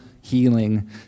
healing